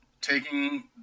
taking